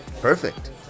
Perfect